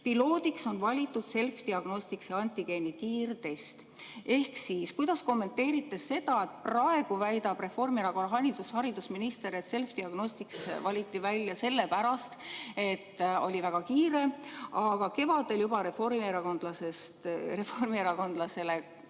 Piloodiks on valitud Selfdiagnosticsi antigeeni kiirtest. Kuidas te kommenteerite seda, et praegu väidab Reformierakonna haridusminister, et Selfdiagnostics valiti välja sellepärast, et oli väga kiire, aga kevadel juba reformierakondlase, kuidas